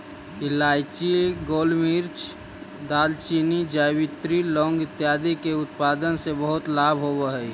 इलायची, गोलमिर्च, दालचीनी, जावित्री, लौंग इत्यादि के उत्पादन से बहुत लाभ होवअ हई